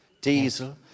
diesel